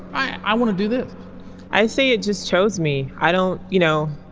i want to do that i say it just chose me. i don't you know.